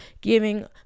giving